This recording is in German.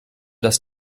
dass